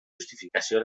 justificació